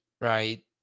right